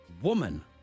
Woman